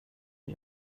att